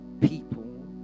people